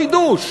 לא החידוש,